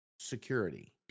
Security